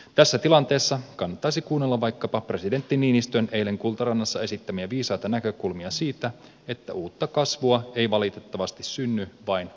tässä tilanteessa kannattaisi kuunnella vaikkapa presidentti niinistön eilen kultarannassa esittämiä viisaita näkökulmia siitä että uutta kasvua ei valitettavasti synny vain odottelulla